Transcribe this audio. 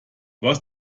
was